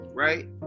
Right